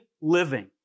living